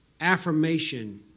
affirmation